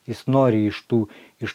jis nori iš tų iš